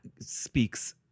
speaks